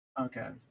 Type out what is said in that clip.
Okay